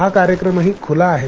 हा कार्यक्रमही खुला आहे